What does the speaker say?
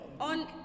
On